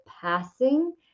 passing